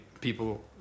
People